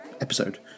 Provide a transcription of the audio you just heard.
episode